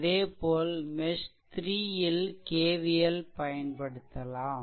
அதேபோல் மெஷ்3 ல் KVL பயன்படுத்தலாம்